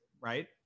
right